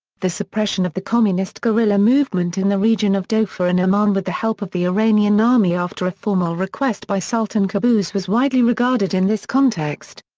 the suppression of the communist guerilla movement in the region of dhofar in oman with the help of the iranian army after a formal request by sultan qaboos was widely regarded in this context.